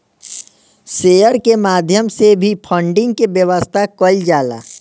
share के माध्यम से भी फंडिंग के व्यवस्था कईल जाला